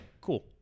cool